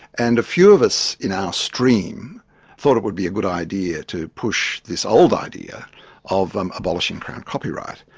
and a few of us in our stream thought it would be a good idea to push this old idea of um abolishing crown copyright.